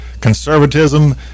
conservatism